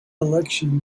election